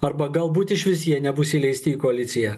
arba galbūt išvis jie nebus įleisti į koaliciją